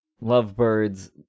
lovebirds